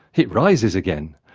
it rises again.